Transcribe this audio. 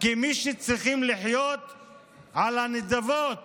כמי שצריכים לחיות על הנדבות